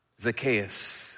Zacchaeus